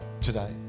today